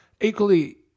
equally